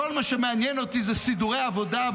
כל מה שמעניין אותי זה סידורי עבודה,